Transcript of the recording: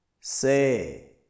say